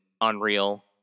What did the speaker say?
unreal